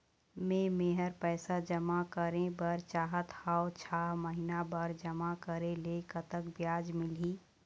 मे मेहर पैसा जमा करें बर चाहत हाव, छह महिना बर जमा करे ले कतक ब्याज मिलही?